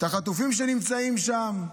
החטופים נמצאים שם,